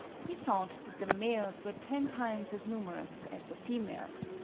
he thought that the males were ten times as numerous as the females,